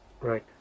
Right